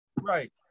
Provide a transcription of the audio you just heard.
Right